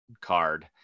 card